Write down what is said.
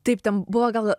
taip ten buvo gal